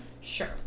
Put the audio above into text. Sure